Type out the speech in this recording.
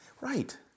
Right